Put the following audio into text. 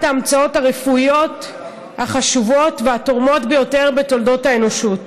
ההמצאות הרפואיות החשובות והתורמות ביותר בתולדות האנושות.